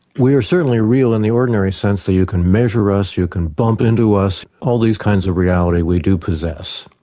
we are certainly real in the ordinary sense that you can measure us, you can bump into us all these kinds of reality we do possess.